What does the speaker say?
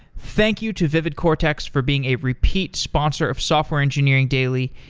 thank you to vividcortex for being a repeat sponsor of software engineering daily.